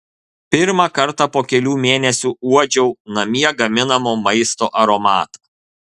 pirmą kartą po kelių mėnesių uodžiau namie gaminamo maisto aromatą